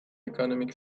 economic